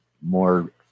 more